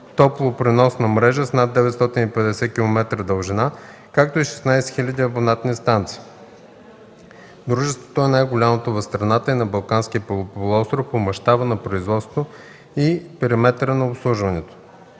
топло - преносна мрежа с над 950 км дължина, както и 16 000 абонатни станции. Дружеството е най-голямото в страната и на Балканския полуостров по мащаба на производство и периметъра на обслужване.